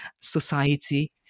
society